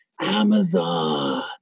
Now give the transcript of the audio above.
Amazon